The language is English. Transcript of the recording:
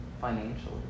financially